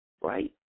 right